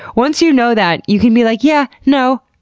once you know that, you can be like, yeah no.